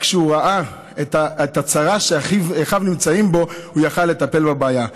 כשהוא ראה את הצרה שאחיו נמצאים בה הוא יכול לטפל בבעיה.